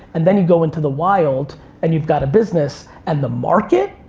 and then you go into the wild and you've got a business, and the market,